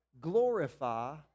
glorify